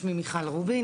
שמי מיכל רובין,